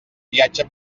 viatge